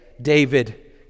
David